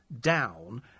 down